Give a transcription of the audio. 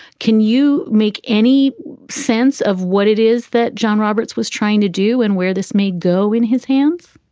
can you make any sense of what it is that john roberts was trying to do and where this may go in his hands?